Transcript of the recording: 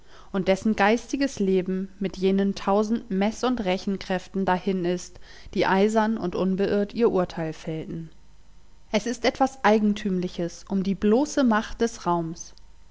und dessen geistiges leben mit jenen tausend meß und rechenkräften dahin ist die eisern und unbeirrt ihr urteil fällten es ist etwas eigentümliches um die bloße macht des raums